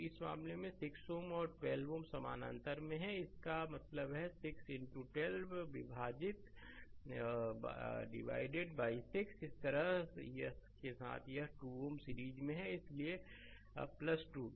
तो इस मामले में 6 Ωऔर 12 Ω वे समानांतर में हैं इसका मतलब है 6 इनटू 12 विभाजित 6 12 इसके साथ यह 2 Ω सीरीज में है इसलिए 2